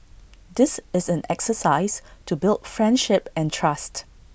this is an exercise to build friendship and trust